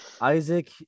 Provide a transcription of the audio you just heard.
isaac